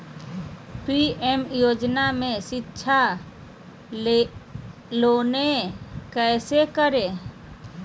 PM योजना में शिक्षा लोन कैसे करें?